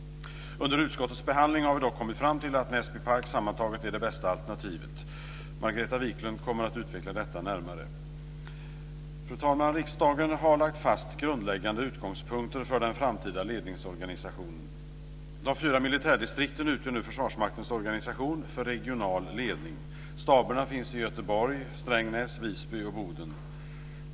Under utskottets behandling har vi dock kommit fram till att Näsbypark sammantaget är det bästa alternativet. Margareta Viklund kommer att utveckla detta närmare. Fru talman! Riksdagen har lagt fast grundläggande utgångspunkter för den framtida ledningsorganisationen. De fyra militärdistrikten utgör nu Försvarsmaktens organisation för regional ledning. Staberna finns i Göteborg, Strängnäs, Visby och Boden.